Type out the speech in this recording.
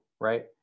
right